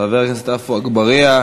חבר הכנסת עפו אגבאריה,